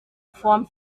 form